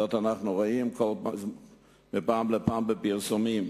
זאת אנחנו רואים מפעם לפעם בפרסומים.